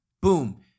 boom